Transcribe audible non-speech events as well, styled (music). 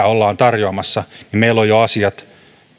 (unintelligible) ollaan tarjoamassa niin meillä on jo asiat